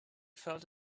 felt